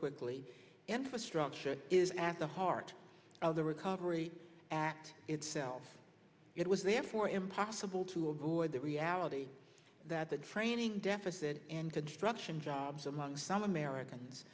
quickly infrastructure is at the heart of the recovery act itself it was therefore impossible to avoid the reality that the training deficit in construction jobs among some americans